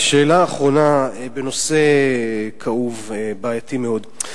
שאלה אחרונה, בנושא כאוב ובעייתי מאוד.